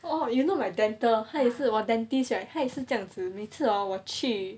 !wow! you know my dental 他也是 dentist right 他也是这样子每次 hor 我去